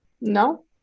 No